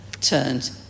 turned